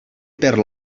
per